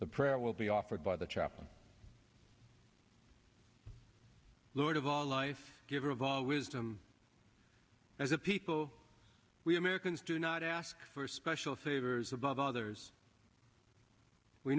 the prayer will be offered by the shop and lord of all life giver of all wisdom as a people we americans do not ask for special favors above others we